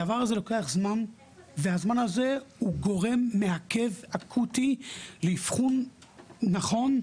הדבר הזה לוקח זמן והזמן הזה הוא גורם מעכב אקוטי לאבחון נכון,